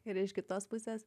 ir iš kitos pusės